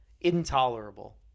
intolerable